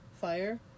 fire